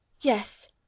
Yes